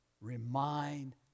remind